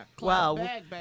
Wow